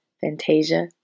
Fantasia